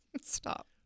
Stop